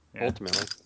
Ultimately